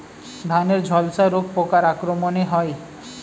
ধানের ঝলসা রোগ পোকার আক্রমণে হয়?